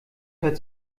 hört